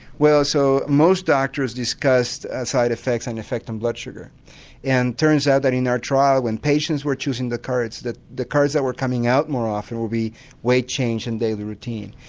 well so most doctors discuss side effects and effect on blood sugar and it turns out that in our trial when patients were choosing the cards that the cards that were coming out more often will be weight change and daily routine.